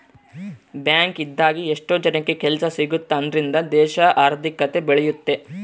bank ಇಂದಾಗಿ ಎಷ್ಟೋ ಜನಕ್ಕೆ ಕೆಲ್ಸ ಸಿಗುತ್ತ್ ಅದ್ರಿಂದ ದೇಶದ ಆರ್ಥಿಕತೆ ಬೆಳಿಯುತ್ತೆ